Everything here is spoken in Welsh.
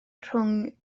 rhwng